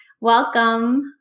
Welcome